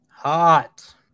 Hot